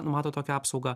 numato tokią apsaugą